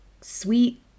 sweet